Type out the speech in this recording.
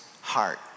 heart